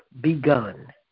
Begun